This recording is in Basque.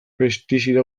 pestizida